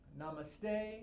Namaste